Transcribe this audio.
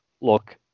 Look